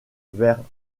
vers